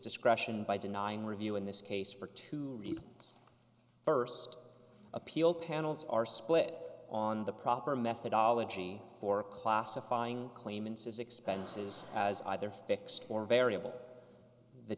discretion by denying review in this case for two reasons first appeal panels are split on the proper methodology for classifying claimants as expenses as either fixed or variable the